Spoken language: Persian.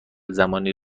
زمانی